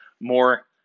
more